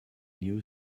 new